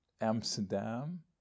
Amsterdam